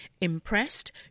Impressed